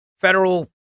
federal